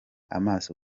amaso